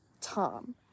Tom